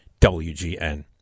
WGN